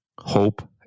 hope